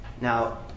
Now